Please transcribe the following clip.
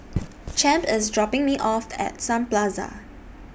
Champ IS dropping Me off At Sun Plaza